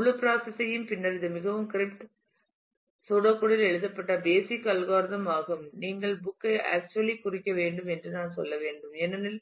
முழு பிராசஸ் ஐயும் பின்னர் இது மிகவும் cryptic சூடோகோட் இல் எழுதப்பட்ட பேசிக் அல்கோரிதம் ஆகும் நீங்கள் புக் ஐ ஆக்சுவலி குறிக்க வேண்டும் என்று நான் சொல்ல வேண்டும் ஏனெனில்